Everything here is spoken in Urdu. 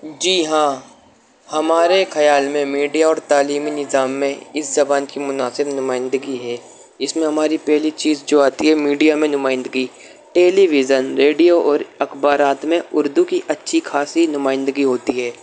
جی ہاں ہمارے خیال میں میڈیا اور تعلیمی نظام میں اس زبان کی مناسب نمائندگی ہے اس میں ہماری پہلی چیز جو آتی ہے میڈیا میں نمائندگی ٹیلی ویژن ریڈیو اور اخبارات میں اردو کی اچھی خاصی نمائندگی ہوتی ہے